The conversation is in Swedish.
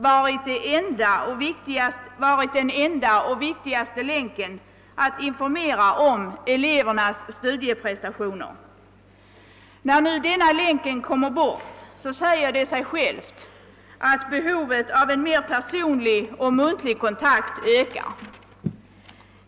varit den enda länken när det gällt att informera om elevernas studieprestationer. När nu denna länk slopas säger det sig självt att behovet av en mer personlig och muntlig kontakt ökar.